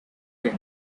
him